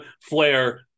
Flair